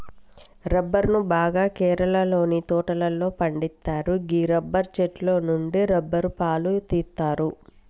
రబ్బరును బాగా కేరళలోని తోటలలో పండిత్తరు గీ రబ్బరు చెట్టు నుండి రబ్బరు పాలు తీస్తరు